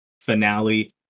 finale